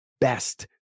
best